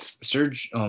Serge